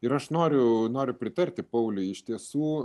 ir aš noriu noriu pritarti pauliui iš tiesų